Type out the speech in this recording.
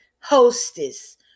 hostess